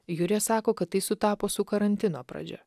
jurė sako kad tai sutapo su karantino pradžia